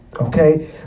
Okay